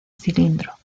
cilindro